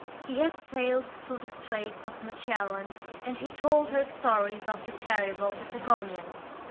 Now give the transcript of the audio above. he had sailed through the straits of magellan and he told her stories of the terrible patagonians.